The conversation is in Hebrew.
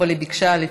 אבל היא ביקשה לדחות,